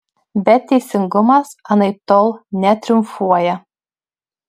bet teisingumas anaiptol netriumfuoja